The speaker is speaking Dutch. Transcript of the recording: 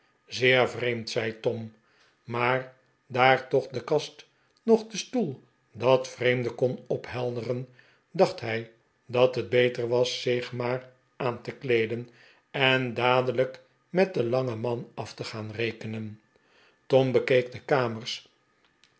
zeer vreemd zei tom maar daar noch de kast noch de stoel dat vreemde kon ophelderen dacht hij dat het beter was zich maar aan te kleeden en dadelijk met den langen man af te gaan rekenen tom bekeek de kamers